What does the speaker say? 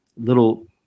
little